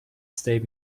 stay